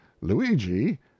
Luigi